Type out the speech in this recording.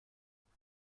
همون